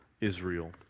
Israel